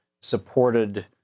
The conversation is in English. supported